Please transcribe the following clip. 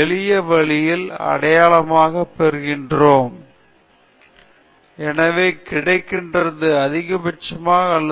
எளிய வழியில் அடையாளமாகக் கொள்கிறோம் அரை மடங்கு B இன் தலைகீழ் முறை சிறிய பி திசை